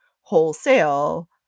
wholesale